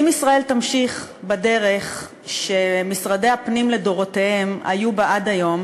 אם ישראל תמשיך בדרך שמשרדי הפנים לדורותיהם היו בה עד היום,